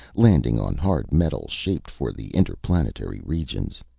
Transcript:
landing on hard metal shaped for the interplanetary regions.